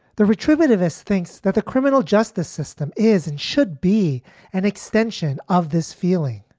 the retributive us thinks that the criminal justice system is and should be an extension of this feeling.